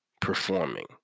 performing